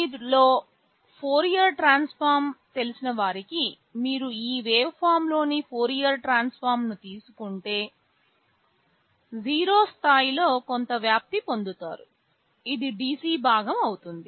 మీలో Fourier transform తెలిసినవారికి మీరు ఈ వేవ్ఫార్మ్ లోని ఫోరియర్ ట్రాన్స్ ఫామ్ ను తీసుకుంటే 0 స్థాయిలో కొంత వ్యాప్తి పొందుతారు అది DC భాగం అవుతుంది